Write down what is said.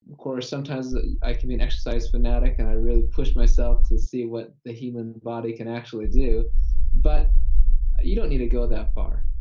of course, sometimes i can be an exercise fanatic and i really push myself to see what the human body can actually do but you don't need to go that far,